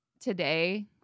today